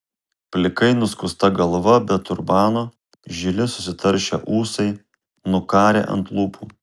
plikai nuskusta galva be turbano žili susitaršę ūsai nukarę ant lūpų